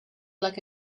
like